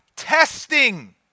testing